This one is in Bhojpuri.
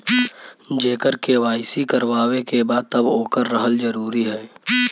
जेकर के.वाइ.सी करवाएं के बा तब ओकर रहल जरूरी हे?